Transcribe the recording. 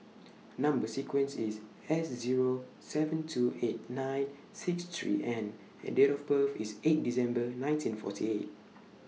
Number sequence IS S Zero seven two eight nine six three N and Date of birth IS eight December nineteen forty eight